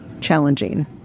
challenging